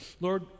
Lord